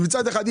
מצד אחד,